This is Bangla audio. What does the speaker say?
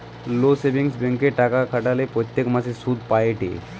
লোক সেভিংস ব্যাঙ্কে টাকা খাটালে প্রত্যেক মাসে সুধ পায়েটে